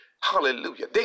Hallelujah